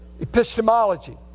epistemology